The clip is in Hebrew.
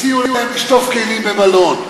הציעו להם לשטוף כלים במלון,